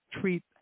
treat